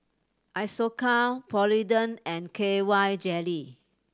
Isocal Polident and K Y Jelly